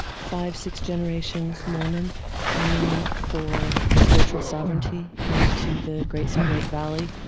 five, six generations mormon coming for spiritual sovereignty into the great salt lake valley.